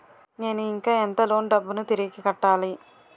నేను ఇంకా ఎంత లోన్ డబ్బును తిరిగి కట్టాలి?